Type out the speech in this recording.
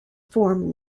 form